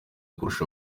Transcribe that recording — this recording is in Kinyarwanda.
kurusha